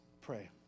pray